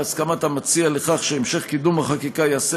להסכמת המציע לכך שהמשך קידום החקיקה ייעשה